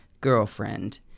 girlfriend